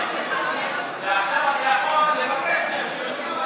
ועכשיו אתה יכול לבקש מהם שיוציאו,